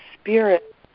spirit